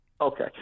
Okay